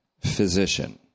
physician